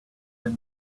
been